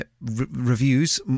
Reviews